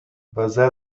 везе